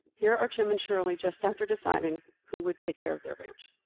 here are jim and shirley just after deciding who would take care of their ranch.